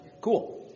Cool